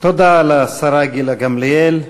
תודה לשרה גילה גמליאל.